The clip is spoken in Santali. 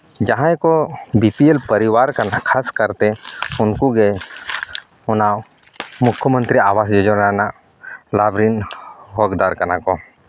ᱡᱟᱦᱟᱸᱭ ᱠᱚ ᱵᱤᱯᱤᱭᱮᱞ ᱯᱟᱨᱤᱵᱟᱨ ᱠᱟᱱᱟ ᱠᱷᱟᱥ ᱠᱟᱨᱛᱮ ᱩᱱᱠᱩ ᱜᱮ ᱚᱱᱟ ᱢᱩᱠᱠᱷᱚ ᱢᱚᱱᱛᱨᱤ ᱟᱵᱟᱥ ᱡᱳᱡᱳᱱᱟ ᱨᱮᱱᱟᱜ ᱞᱟᱵᱽᱨᱤᱱ ᱨᱤᱱ ᱦᱚᱠᱫᱟᱨ ᱠᱟᱱᱟ ᱠᱚ